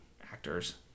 actors